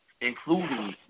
including